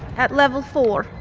at level four.